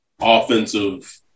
offensive